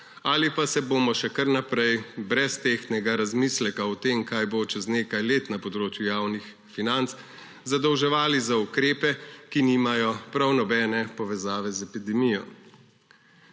ali pa se bomo še kar naprej brez tehtnega razmisleka o tem, kaj bo čez nekaj let na področju javnih financ, zadolževali za ukrepe, ki nimajo prav nobene povezave z epidemijo.